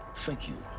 thank you